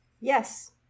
Yes